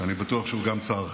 שאני בטוח שהוא גם צערכם,